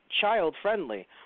child-friendly